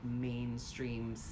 mainstream